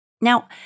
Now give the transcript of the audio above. Now